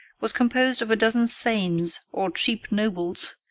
was composed of a dozen thanes, or cheap nobles,